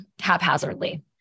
haphazardly